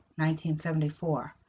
1974